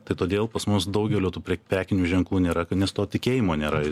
tai todėl pas mus daugelio tų prekinių ženklų nėra nes to tikėjimo nėra